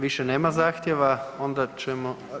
Više nema zahtjeva, onda ćemo…